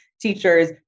teachers